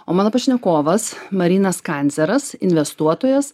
o mano pašnekovas marynas kandzeras investuotojas